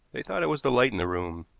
they thought it was the light in the room.